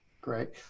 Great